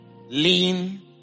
lean